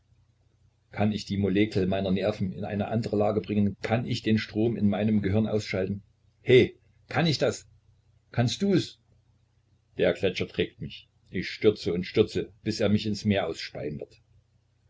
kann ich die molekel meiner nerven in eine andere lage bringen kann ich den strom in meinem gehirn ausschalten heh kann ich das kannst dus der gletscher trägt mich ich stürze und stürze bis er mich ins meer ausspeien wird